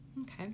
Okay